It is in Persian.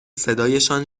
صدایشان